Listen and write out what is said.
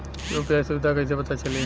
UPI सुबिधा कइसे पता चली?